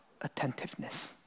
attentiveness